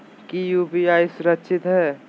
की यू.पी.आई सुरक्षित है?